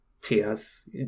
tears